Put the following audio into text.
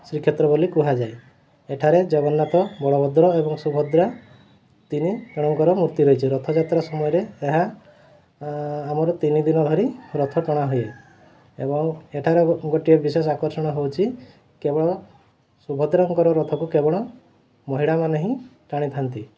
ଶ୍ରୀକ୍ଷେତ୍ର ବୋଲି କୁହାଯାଏ ଏଠାରେ ଜଗନ୍ନାଥ ବଳଭଦ୍ର ଏବଂ ସୁଭଦ୍ରା ତିନି ଜଣଙ୍କର ମୂର୍ତ୍ତି ରହିଛି ରଥଯାତ୍ରା ସମୟରେ ଏହା ଆମର ତିନି ଦିନ ଧରି ରଥ ଟଣାହୁଏ ଏବଂ ଏଠାର ଗୋଟିଏ ବିଶେଷ ଆକର୍ଷଣ ହେଉଛି କେବଳ ସୁଭଦ୍ରାଙ୍କର ରଥକୁ କେବଳ ମହିଳାମାନେ ହିଁ ଟାଣିଥାନ୍ତି